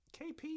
KP